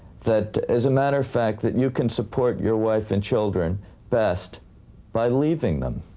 that as a matter of fact, that you can support your wife and children best by leaving them.